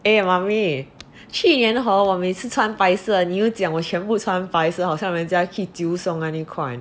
eh mummy 去年 hor 我每次穿白色你又讲我全部穿白色好像人家去 jiu song an ni kuan